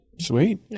Sweet